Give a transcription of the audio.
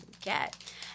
get